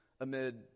amid